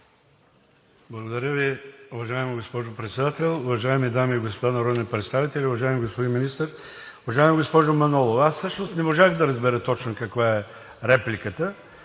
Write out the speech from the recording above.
Благодаря Ви, уважаема госпожо Председател. Уважаеми дами и господа народни представители, уважаеми господин Министър! Уважаема госпожо Манолова, аз всъщност не можах да разбера каква точно е репликата